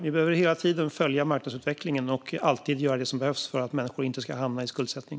Vi behöver hela tiden följa marknadsutvecklingen och alltid göra det som behövs för att människor inte ska hamna i skuldsättning.